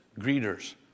greeters